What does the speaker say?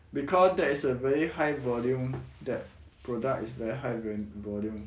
because there is a very high volume that product is very high in volume